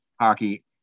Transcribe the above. Hockey